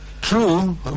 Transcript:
True